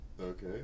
Okay